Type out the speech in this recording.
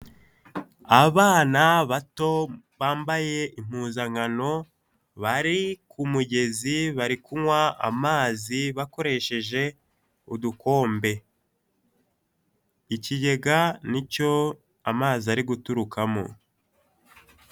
Abana bato bambaye impuzankano bari ku mugezi bari kunywa amazi bakoresheje udukombe. Ikigega ni cyo amazi ari guturukamo.